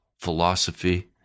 philosophy